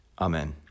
Amen